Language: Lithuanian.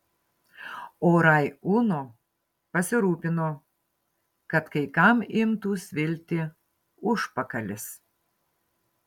o rai uno pasirūpino kad kai kam imtų svilti užpakalis